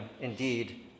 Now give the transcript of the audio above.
indeed